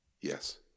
Yes